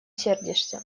сердишься